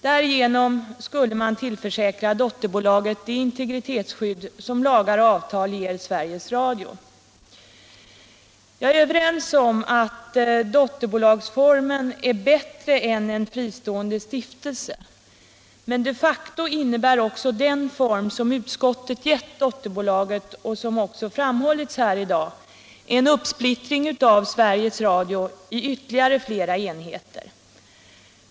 Därigenom skulle man tillförsäkra dotterbolaget det integritetsskydd som lagar och avtal ger Sveriges Radio. Jag är överens med utskottet om att dotterbolagsformen är bättre än en fristående stiftelse, men de facto innebär också den form som utskottet givit dotterbolaget — såsom också framhållits här i dag — en uppsplittring av Sveriges Radio i ytterligare flera enheter.